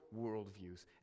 worldviews